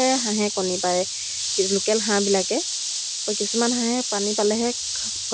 বনাবলৈ ল'লে এতিয়া মই বহুখিনিয়ে সুখী হ'ব সুখী